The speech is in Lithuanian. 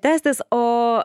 tęstis o